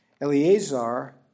Eleazar